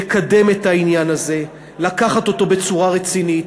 לקדם את העניין הזה, לקחת אותו בצורה רצינית.